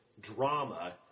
drama